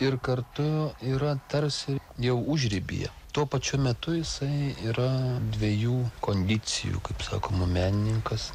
ir kartu yra tarsi jau užribyje tuo pačiu metu jisai yra dviejų kondicijų kaip saukoma menininkas